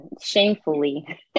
shamefully